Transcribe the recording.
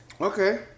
Okay